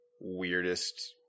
weirdest